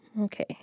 Okay